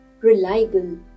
reliable